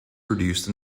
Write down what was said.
produced